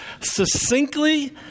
succinctly